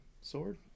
sword